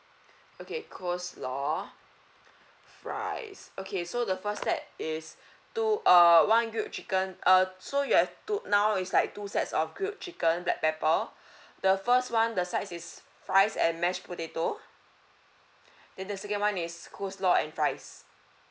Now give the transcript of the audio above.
okay coleslaw fries okay so the first set is two uh one grilled chicken uh so you have two now it's like two sets of grilled chicken black pepper the first [one] the sides is fries and mashed potato then the second [one] is coleslaw and fries